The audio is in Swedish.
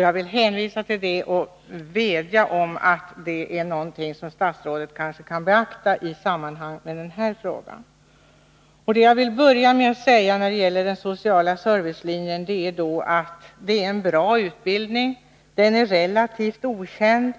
Jag vill hänvisa till detta och vädja att statsrådet beaktar det i samband med den här frågan. Den sociala servicelinjen är en bra utbildning, och den är relativt okänd.